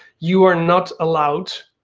you are not allowed,